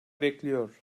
bekliyor